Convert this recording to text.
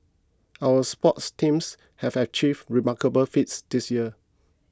our sports teams have achieved remarkable feats this year